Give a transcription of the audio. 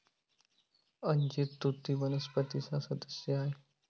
अंजीर तुती वनस्पतीचा सदस्य आहे